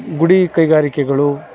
ಗುಡಿ ಕೈಗಾರಿಕೆಗಳು